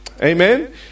Amen